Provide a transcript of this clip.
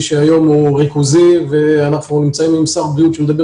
שהיום הוא ריכוזי ואנחנו נמצאים עם שר בריאות שמדבר